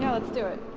let's do it.